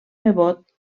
nebot